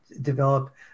develop